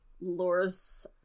lures